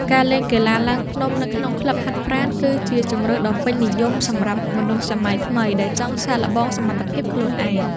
ការលេងកីឡាឡើងភ្នំនៅក្នុងក្លឹបហាត់ប្រាណ គឺជាជម្រើសដ៏ពេញនិយមសម្រាប់មនុស្សសម័យថ្មី ដែលចង់សាកល្បងសមត្ថភាពខ្លួនឯង។